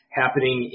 happening